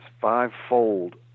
five-fold